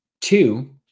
Two